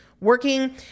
working